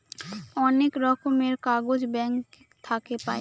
অনেক রকমের কাগজ ব্যাঙ্ক থাকে পাই